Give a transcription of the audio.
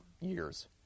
years